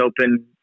open